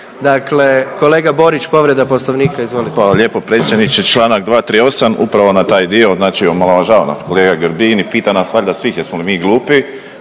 Dakle, kolega Borić, povreda Poslovnika, izvolite. **Borić, Josip (HDZ)** Hvala lijepo predsjedniče. Čl. 238, upravo na taj dio, znači omalovažava nas kolega Grbin i pita nas valjda svih jesmo li mi glupi,